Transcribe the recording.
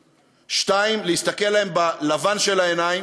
2. להסתכל להם בלבן של העיניים,